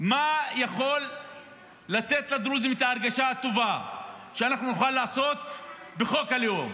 מה יכול לתת לדרוזים את ההרגשה הטובה שאנחנו נוכל לעשות בחוק הלאום?